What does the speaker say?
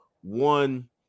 one